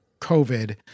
COVID